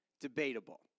debatable